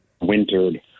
wintered